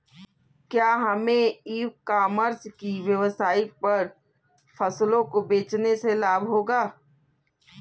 क्या हमें e commerce की वेबसाइट पर फसलों को बेचने से लाभ होगा?